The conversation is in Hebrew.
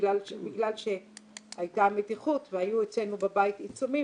בגלל שהייתה מתיחות והיו אצלנו בבית עיצומים